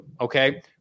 Okay